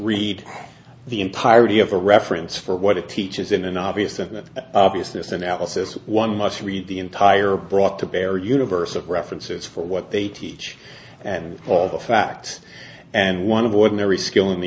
read the entirety of a reference for what it teaches in an obvious and that obviousness analysis one must read the entire brought to bear universe of references for what they teach and all the facts and one of ordinary skill in the